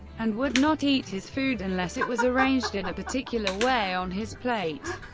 and would not eat his food unless it was arranged in a particular way on his plate.